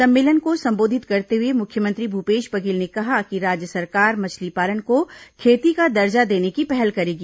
सम्मेलन को संबोधित करते हुए मुख्यमंत्री भूपेश बधेल ने कहा कि राज्य सरकार मछली पालन को खेती का दर्जा देने की पहल करेगी